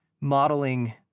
modeling